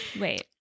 Wait